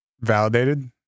validated